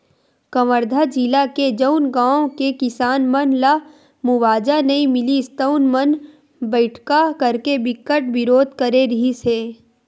कवर्धा जिला के जउन गाँव के किसान मन ल मुवावजा नइ मिलिस तउन मन बइठका करके बिकट बिरोध करे रिहिस हे